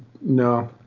no